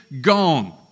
gone